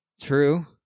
true